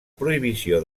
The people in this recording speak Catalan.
prohibició